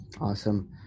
Awesome